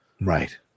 Right